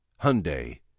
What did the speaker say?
Hyundai